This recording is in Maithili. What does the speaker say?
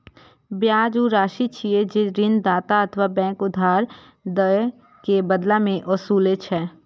ब्याज ऊ राशि छियै, जे ऋणदाता अथवा बैंक उधार दए के बदला मे ओसूलै छै